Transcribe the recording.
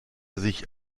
sich